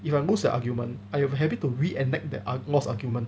if I lose that argument I am happy to reenact the argu~ lost argument